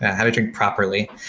how to drink properly.